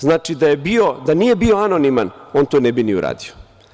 Znači, da nije bio anoniman, on to ne bi ni uradio.